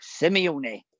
Simeone